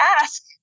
ask